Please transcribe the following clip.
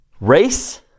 Race